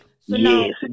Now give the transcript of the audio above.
Yes